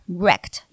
wrecked